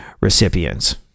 recipients